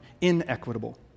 inequitable